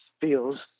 feels